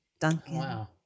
Duncan